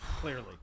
clearly